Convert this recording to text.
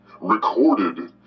Recorded